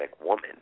woman